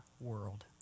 world